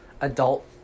adult